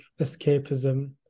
escapism